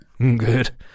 Good